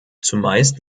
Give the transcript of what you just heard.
zumeist